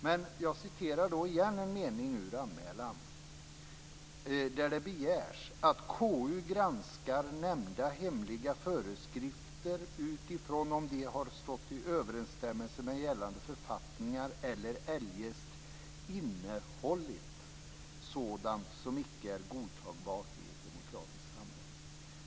Men jag skall återigen citera en mening ur anmälan. Där begärs det "att KU granskar nämnda hemliga föreskrifter utifrån om de har stått i överensstämmelse med gällande författningar eller eljest innehållit sådant som icke är godtagbart i ett demokratiskt samhälle".